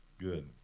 good